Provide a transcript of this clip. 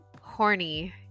horny